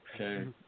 Okay